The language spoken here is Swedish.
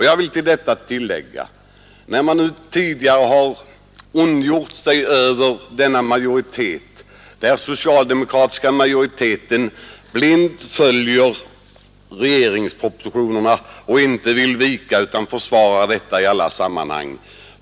Jag vill härutöver bara säga att man tidigare har ondgjort sig över den socialdemokratiska utskottsmajoriteten, som blint följer regeringspropositionerna och försvarar dessa i alla sammanhang.